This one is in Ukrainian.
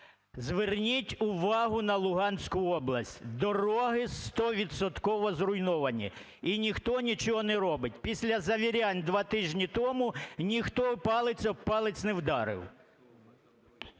Зверніть увагу на Луганську область: дороги стовідсотково зруйновані, і ніхто нічого не робить. Після завірянь два тижні тому ніхто палець о палець не вдарив.